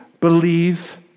believe